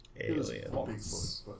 Aliens